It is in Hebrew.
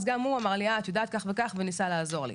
אז גם הוא אמר לי את יודעת כך וכך וניסה לעזור לי.